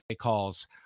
calls